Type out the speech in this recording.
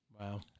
Wow